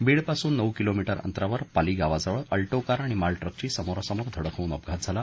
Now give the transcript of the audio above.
बीड पासून नऊ किलोमीटर अंतरावर पाली या गावाजवळ अल्टो कार आणि माल ट्रक ची समोरासमोर धडक होऊन अपघात झाला